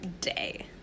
day